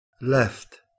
left